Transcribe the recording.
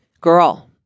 Girl